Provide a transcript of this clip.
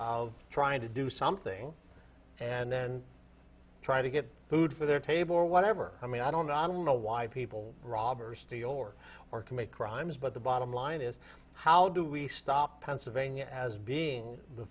trying to do something and then try to get food for their table or whatever i mean i don't i don't know why people rob or steal or or commit crimes but the bottom line is how do we stop pennsylvania as being the